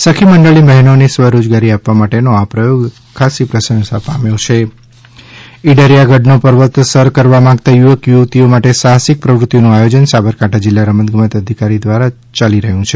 સખી મંડળની બહેનોને સ્વરોજગારી આપવા માટેનો આ પ્રચોગ ખાસ્સી પ્રશંસા પામ્યો છો ઈડરીયા ગઢ પર્વતારોહણ ઈડરીયા ગઢનો પર્વત સર કરવા માંગતા યુવક યુવતી માટે સાહસિક પ્રવૃતિનું આયોજન સાબરકાંઠા જિલ્લા રમત ગમત અધિકારી દ્વારા યાલી રહ્યું છે